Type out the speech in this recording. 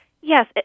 Yes